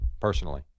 personally